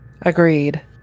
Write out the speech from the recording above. Agreed